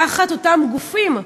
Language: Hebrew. תחת אותם גופים.